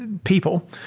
and people.